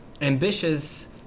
ambitious